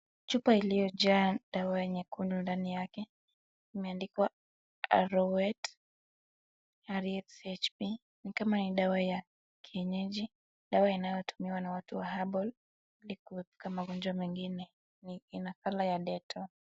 Chupa iliyojaa dawa nyekundu ndani yake imeandikwa Arorwet RHB ni kama ni dawa ya kienyeji. Dawa inayotumiwa na watu wa herbal iliku magonjwa mengine ni nakala ya dental .